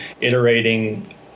iterating